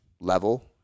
level